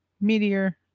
Meteor